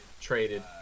traded